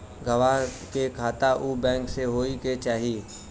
गवाह के खाता उ बैंक में होए के चाही